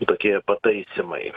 tokie pataisymai